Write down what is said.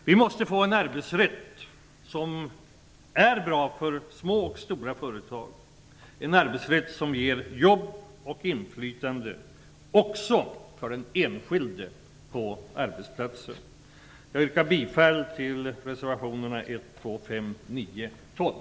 Vi måste få en arbetsrätt som är bra för små och stora företag - en arbetsrätt som ger jobb och inflytande, även för den enskilde på arbetsplatsen. Jag yrkar bifall till reservationerna 1, 2, 5,9 och